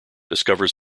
discovers